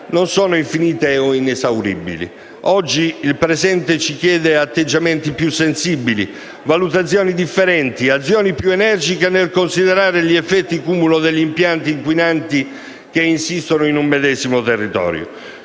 fossero infinite o inesauribili. Oggi il presente ci chiede atteggiamenti più sensibili, valutazioni differenti, azioni più energiche nel considerare gli effetti cumulo degli impianti inquinanti che insistono in un medesimo territorio.